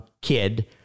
kid